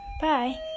bye